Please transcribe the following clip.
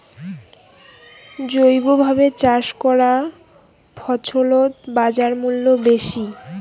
জৈবভাবে চাষ করা ফছলত বাজারমূল্য বেশি